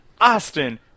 Austin